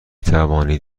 توانید